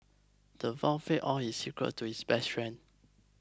the all his secrets to his best friend